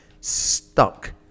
stuck